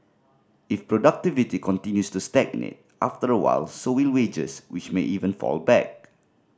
if productivity continues to stagnate after a while so will wages which may even fall back